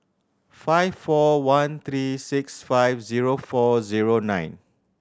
five four one three six five zero four zero nine